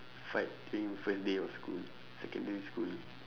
fight during the first day of school secondary school